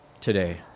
today